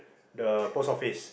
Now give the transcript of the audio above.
the post office